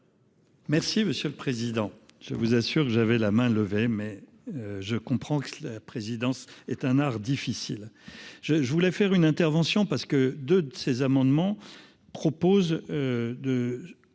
Merci, monsieur le Président, je vous assure que j'avais la main levée mais je comprends que la présidence est un art difficile je je voulais faire une intervention parce que 2 de ses amendements proposent.